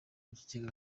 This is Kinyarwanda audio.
mukigega